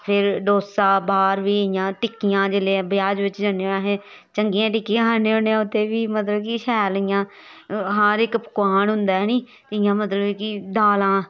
फिर डोसा बाह्र बी इ'यां टिक्कियां जेल्लै ब्याह् दे बिच्च जन्ने होन्ने असें चंगियां टिक्कियां खन्ने होन्ने उत्थै बी मतलब कि शैल इ'यां हर इक पकोआन होंदा ऐ नी इ'यां मतलब कि दालां